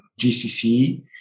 GCC